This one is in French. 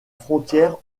frontière